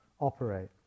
operate